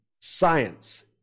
Science